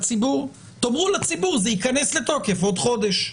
תאמרו לציבור שזה ייכנס לתוקף עוד חודש.